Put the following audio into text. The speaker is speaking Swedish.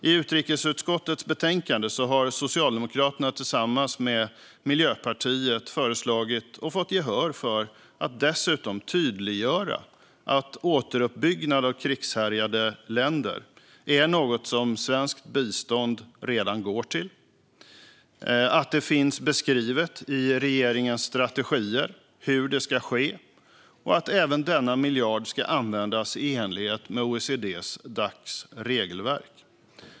I utrikesutskottets betänkande har Socialdemokraterna tillsammans med Miljöpartiet föreslagit och fått gehör för att dessutom tydliggöra att återuppbyggnad av krigshärjade länder är något som svenskt bistånd redan går till, att det finns beskrivet i regeringens strategier hur det ska ske och att även denna miljard ska användas i enlighet med OECD-Dacs regelverk.